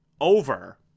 Over